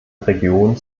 regionen